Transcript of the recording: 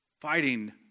fighting